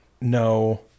no